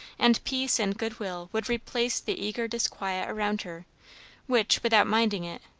and peace and good-will would replace the eager disquiet around her which, without minding it,